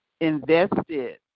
invested